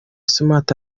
smart